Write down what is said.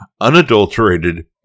unadulterated